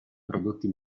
prodotti